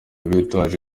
bitwaje